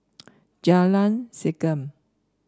Jalan Segam